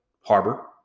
harbor